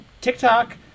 TikTok